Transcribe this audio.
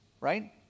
right